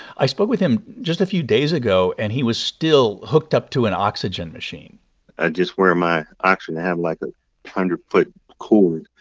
i spoke with him just a few days ago, and he was still hooked up to an oxygen machine i just wear my oxygen. i have, like, a hundred-foot cord.